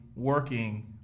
Working